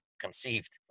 conceived